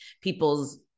people's